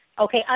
Okay